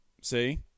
See